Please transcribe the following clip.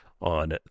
on